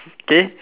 K